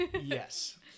Yes